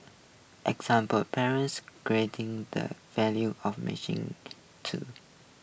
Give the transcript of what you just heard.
example parents greeting the value of machine too